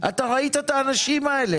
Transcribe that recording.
אתה ראית את האנשים האלה.